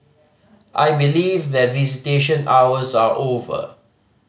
I believe that visitation hours are over